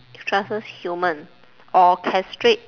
crushes human or castrate